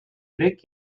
grec